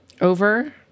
over